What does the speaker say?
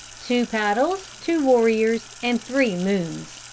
two paddles, two warriors and three moons.